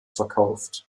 verkauft